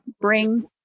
bring